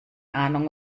ahnung